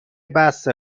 بسه